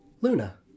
luna